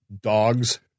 dogs